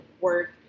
work